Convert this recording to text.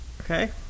Okay